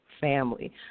family